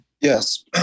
Yes